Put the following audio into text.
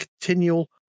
continual